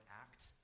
act